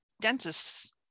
dentists